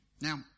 Now